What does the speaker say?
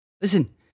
listen